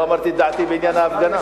לא אמרתי את דעתי בעניין ההפגנה.